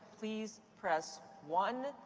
please press one.